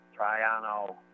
Triano